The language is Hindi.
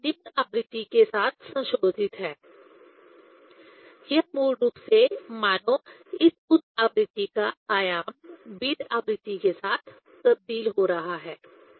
तो इस निम्न आवृत्ति के साथ संशोधित है यह मूल रूप से मानो इस उच्च आवृत्ति का आयाम बीट आवृत्ति के साथ तबदील हो रहा है